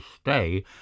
stay